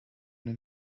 den